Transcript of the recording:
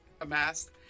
amassed